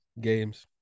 games